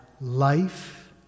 life